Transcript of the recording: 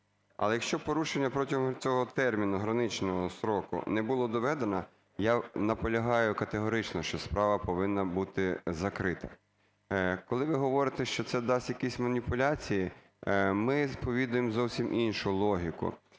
Але якщо порушення протягом цього терміну граничного строку не було доведено, я наполягаю категорично, що справа повинна бути закрита. Коли ви говорите, що це дасть якісь маніпуляції, ми сповідуємо зовсім іншу логіку,